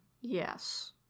Yes